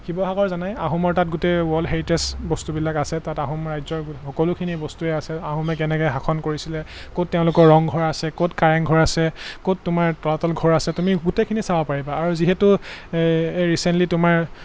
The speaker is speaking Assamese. শিৱসাগৰ জানাই আহোমৰ তাত গোটেই ৱৰ্ল্ড হেৰিটেজ বস্তুবিলাক আছে তাত আহোম ৰাজ্যৰ সকলোখিনি বস্তুৱে আছে আহোমে কেনেকৈ শাসন কৰিছিলে ক'ত তেওঁলোকৰ ৰংঘৰ আছে ক'ত কাৰেংঘৰ আছে ক'ত তোমাৰ তলাতল ঘৰ আছে তুমি গোটেইখিনি চাব পাৰিবা আৰু যিহেতু এই এই ৰিচেণ্টলি তোমাৰ